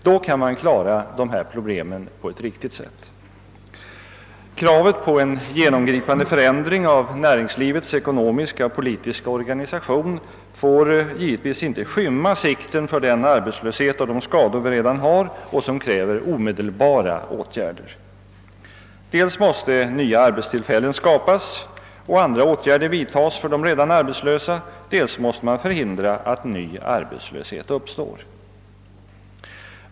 Då kan dessa problem lösas på ett riktigt sätt. Kravet på en genomgripande förändring av näringslivets ekonomiska och politiska organisation får givetvis inte undanskymma den arbetslöshet och de skador som redan finns och som kräver omedelbara åtgärder. Dels måste nya arbetstillfällen skapas och andra Ååtgärder vidtagas för de redan arbetslösa, dels måste det förhindras att ny arbetslöshet uppstår.